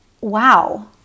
wow